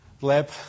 lab